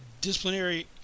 disciplinary